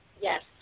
Yes